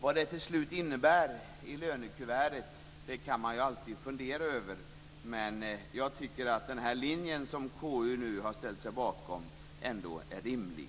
Vad det till slut innebär i lönekuvertet kan man alltid fundera över, men jag tycker att den linje som KU nu har ställt sig bakom är rimlig.